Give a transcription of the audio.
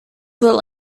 will